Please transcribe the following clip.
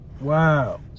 wow